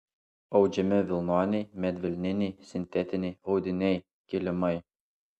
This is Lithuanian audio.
audžiami vilnoniai medvilniniai sintetiniai audiniai kilimai